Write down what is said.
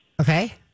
Okay